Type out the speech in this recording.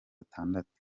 atandatu